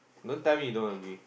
don't tell you me you don't agree